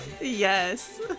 yes